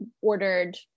ordered